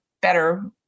better